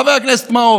חבר הכנסת מעוז.